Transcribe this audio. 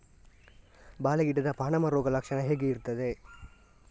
ಬಾಳೆ ಗಿಡದ ಪಾನಮ ರೋಗ ಲಕ್ಷಣ ಹೇಗೆ ಇರ್ತದೆ?